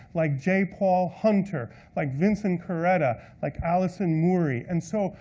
like j. paul hunter, like vincent carretta, like allison muri. and so,